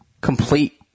complete